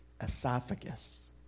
esophagus